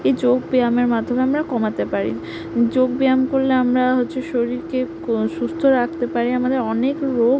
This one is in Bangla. এই যোগ ব্যায়ামের মাধ্যমে আমরা কমাতে পারি যোগ ব্যায়াম করলে আমরা হচ্ছে শরীরকে কো সুস্থ রাখতে পারি আমাদের অনেক রোগ